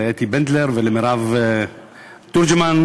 לאתי בנדלר ולמירב תורג'מן,